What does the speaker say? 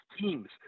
teams